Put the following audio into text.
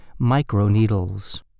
microneedles